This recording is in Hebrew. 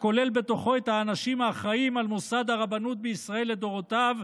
הכולל בתוכו את האנשים האחראים על מוסד הרבנות בישראל לדורותיו,